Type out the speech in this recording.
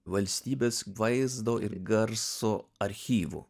valstybės vaizdo ir garso archyvu